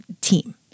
team